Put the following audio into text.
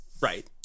Right